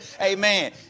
Amen